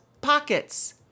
pockets